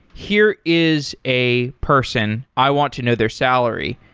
here is a person. i want to know their salary,